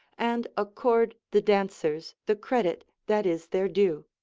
and accord the dancers the credit that is their due.